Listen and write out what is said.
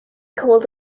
called